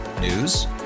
News